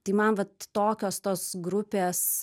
tai man vat tokios tos grupės